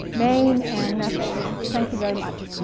maine and massachusetts thank you very much.